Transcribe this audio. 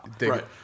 Right